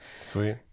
Sweet